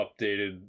updated